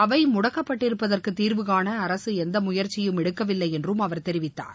அவை முடக்கப்பட்டிருப்பதற்கு தீர்வுகாண அரசு எந்த முயற்சியும் எடுக்கவில்லை என்றும் அவர் தெரிவித்தார்